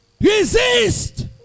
Resist